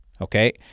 okay